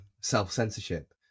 self-censorship